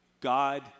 God